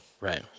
Right